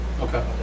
Okay